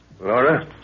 Laura